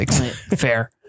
Fair